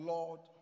Lord